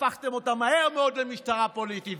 הפכתם אותה מהר מאוד למשטרה פוליטית.